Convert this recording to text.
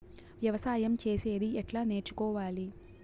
వ్యవసాయం చేసేది ఎట్లా నేర్చుకోవాలి?